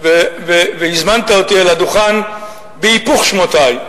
והזמנת אותי אל הדוכן בהיפוך שמותי.